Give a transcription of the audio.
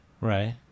Right